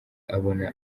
abona